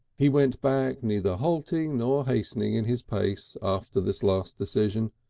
he went back neither halting nor hastening in his pace after this last decision,